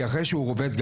כי אחרי שהוא רובץ,